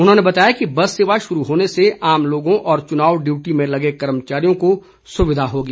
उन्होंने बताया कि बस सेवा शुरू होने से आम लोगों और चुनाव डियूटी में लगे कर्मचारियों को सुविधा होगी